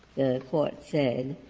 court said,